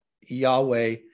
Yahweh